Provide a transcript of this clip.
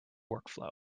workflow